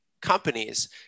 companies